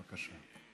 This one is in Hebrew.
בבקשה.